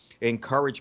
encourage